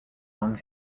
long